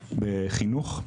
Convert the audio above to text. בחינוך,